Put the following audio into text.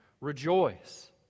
Rejoice